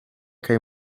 kaj